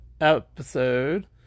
episode